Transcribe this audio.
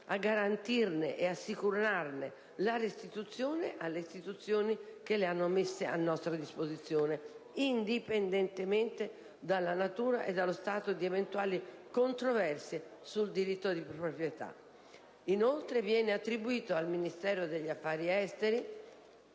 a garantirne e assicurarne la restituzione alle istituzioni che le hanno messe a nostra disposizione, indipendentemente dalla natura e dallo stato di eventuali controversie sul diritto di proprietà. Inoltre viene attribuito al Ministero degli affari esteri